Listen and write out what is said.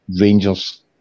Rangers